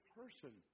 person